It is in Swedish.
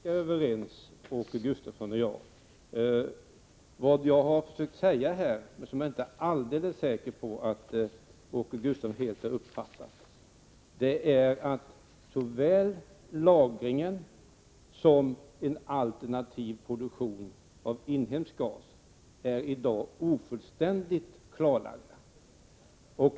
Fru talman! Vi tycks vara ganska överens, Åke Gustavsson och jag. Vad jag har försökt säga, som jag inte är alldeles säker på att Åke Gustavsson helt har uppfattat, är att såväl lagring av naturgas som alternativ produktion av inhemsk gas i dag är ofullständigt klarlagda.